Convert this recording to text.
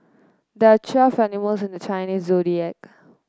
there are twelve animals in the Chinese Zodiac